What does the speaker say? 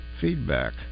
feedback